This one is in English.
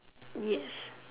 yes